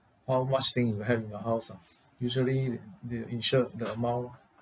how much thing you have in your house ah usually th~ they will insure the amount